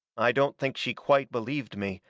i don't think she quite believed me,